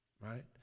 right